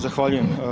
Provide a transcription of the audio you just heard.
Zahvaljujem.